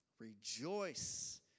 rejoice